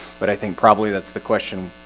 but i think probably that's the question,